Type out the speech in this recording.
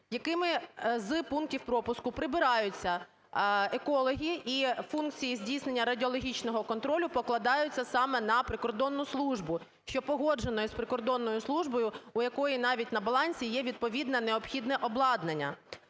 якими з пунктів пропуску прибираються екологи і функції здійснення радіологічного контролю покладаються саме на прикордонну службу, що погоджено з прикордонною службою, у якої навіть на балансі є відповідне необхідне обладнання.